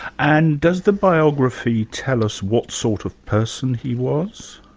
and does the biography tell us what sort of person he was?